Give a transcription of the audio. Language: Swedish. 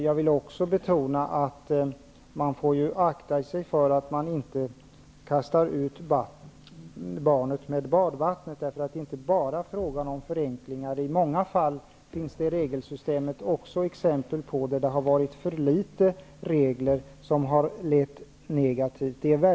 Man får också akta sig så att man inte kastar ut barnet med badvattnet. Det är inte bara fråga om förenklingar. Det finns i regelsystemet exempel på att det har funnits för litet regler, vilket har lett till negativa följder.